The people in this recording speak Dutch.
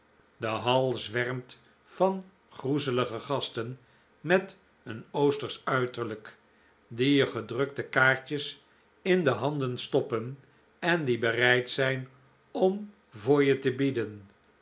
de hal zwermt van groezelige gasten met een oostersch uiterlijk die je gedrukte kaartjes in je handen stoppen en die bereid zijn om voor je te bieden